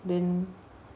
then